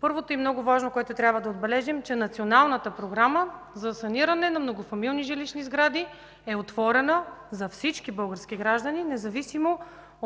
Първото и много важно, което трябва да отбележим, е, че Националната програма за саниране на многофамилни жилищни сгради е отворена за всички български граждани, независимо от